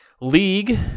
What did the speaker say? league